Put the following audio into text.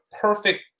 perfect